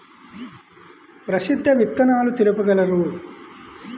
ప్రసిద్ధ విత్తనాలు తెలుపగలరు?